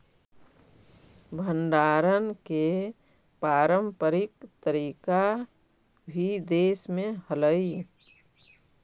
भण्डारण के पारम्परिक तरीका भी देश में हलइ